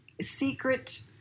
secret